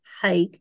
hike